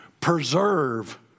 Preserve